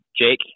Jake